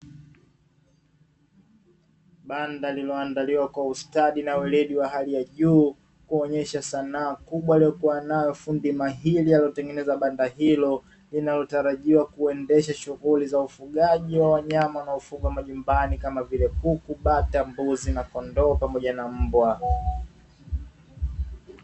Banda lililoandaliwa kwa ustadi na ueledi wa hali ya juu kuonyesha sanaa kubwa aliyokuwa nayo fundi mahiri aliyotengeneza banda hilo, linalotarajiwa kuendesha shughuli za ufugaji wa wanyama wanaofugwa majumbani kama vile kuku, bata, mbuzi, na kondoo pamoja na mbwa.